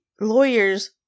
lawyers